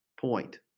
point